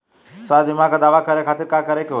स्वास्थ्य बीमा के दावा करे के खातिर का करे के होई?